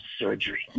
surgery